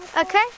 okay